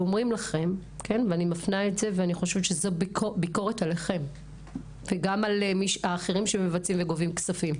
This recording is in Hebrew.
אני חושבת שזו ביקורת עליכם וגם על האחרים שמבצעים וגובים כסף,